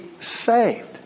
saved